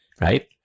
Right